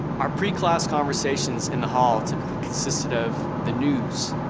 our pre-class conversations in the hall typically consisted of the news,